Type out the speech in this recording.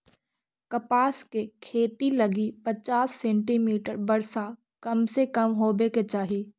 कपास के खेती लगी पचास सेंटीमीटर वर्षा कम से कम होवे के चाही